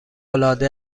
العاده